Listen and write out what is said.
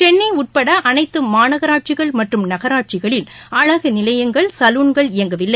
சென்னை உட்பட அனைத்து மாநகராட்சிகள் மற்றும் நகராட்சிகளில் அழகு நிலையங்கள் சலூன்கள் இயங்கவில்லை